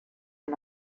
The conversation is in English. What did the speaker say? and